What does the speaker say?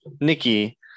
Nikki